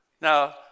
Now